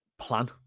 plan